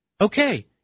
Okay